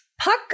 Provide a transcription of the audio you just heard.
Puck